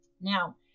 Now